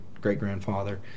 great-grandfather